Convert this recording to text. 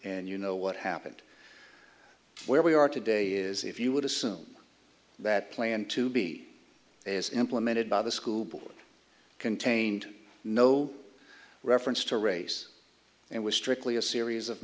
and you know what happened where we are today is if you would assume that planned to be as implemented by the school board contained no reference to race it was strictly a series of